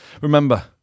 Remember